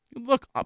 Look